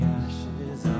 ashes